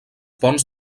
ponts